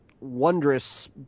wondrous